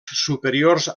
superiors